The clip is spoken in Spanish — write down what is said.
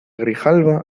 grijalba